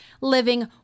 living